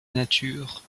nature